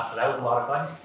that was a lot of fun,